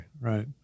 Right